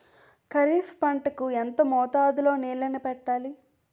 ఖరిఫ్ పంట కు ఎంత మోతాదులో నీళ్ళని పెట్టాలి?